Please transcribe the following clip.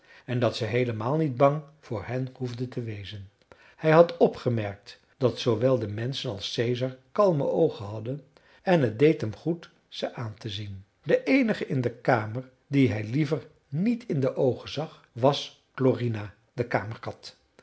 en dat ze heelemaal niet bang voor hen hoefden te wezen hij had opgemerkt dat zoowel de menschen als caesar kalme oogen hadden en het deed hem goed ze aan te zien de eenige in de kamer die hij liever niet in de oogen zag was klorina de kamerkat